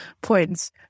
points